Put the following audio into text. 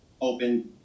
open